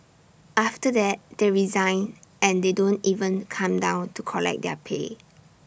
after that they resign and they don't even come down to collect their pay